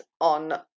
on